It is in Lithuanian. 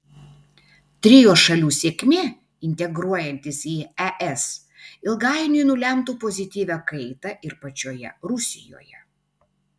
trio šalių sėkmė integruojantis į es ilgainiui nulemtų pozityvią kaitą ir pačioje rusijoje